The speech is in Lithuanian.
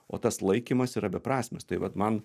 o tas laikymas yra beprasmis tai vat man